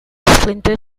splinter